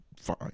fine